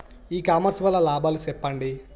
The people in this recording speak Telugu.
ఇ కామర్స్ వల్ల లాభాలు సెప్పండి?